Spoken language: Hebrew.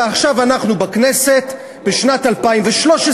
ועכשיו אנחנו בכנסת, בשנת 2013,